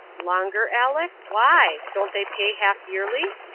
longer, aleck? why? don't they pay half-yearly?